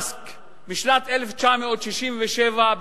Rusk בשנת 1967 בארצות-הברית,